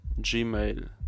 gmail